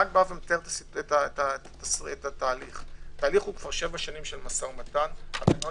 אבל התהליך הוא שבע שנים של משא ומתן, התקנות